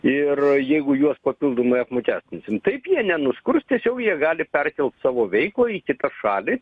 ir jeigu juos papildomai apmokestinsim taip jie nenuskurs tiesiog jie gali perkelt savo veiklą į kitą šalį